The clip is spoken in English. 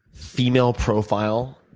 female profile,